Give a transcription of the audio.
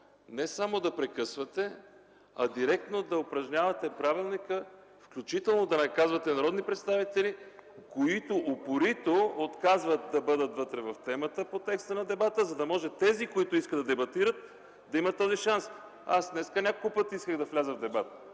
не само да прекъсвате, а директно да упражнявате правилника, включително да наказвате народни представители, които упорито отказват да бъдат в темата по текста на дебата, за да може тези, които искат да дебатират, да имат този шанс. Днес няколко пъти исках да вляза в дебат.